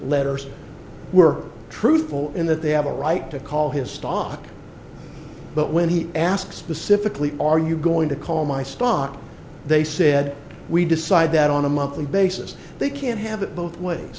letters were truthful in that they have a right to call his stock but when he asks specifically are you going to call my stock they said we decide that on a monthly basis they can't have it both ways